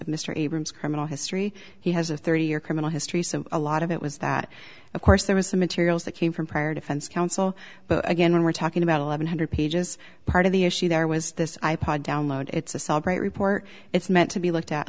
mr abrams criminal history he has a thirty year criminal history so a lot of it was that of course there was some materials that came from prior defense counsel but again when we're talking about eleven hundred pages part of the issue there was this i pod download it's a solid right report it's meant to be looked at